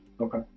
Okay